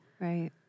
Right